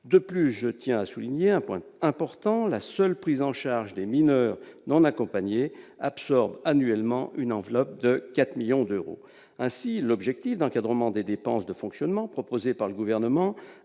De plus, je tiens à souligner un point important : la seule prise en charge des mineurs non accompagnés, les MNA, absorbe annuellement une enveloppe de 4 millions d'euros. Ainsi, l'objectif d'encadrement des dépenses de fonctionnement proposé par le Gouvernement